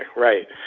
right?